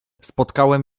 spotkałem